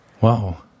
wow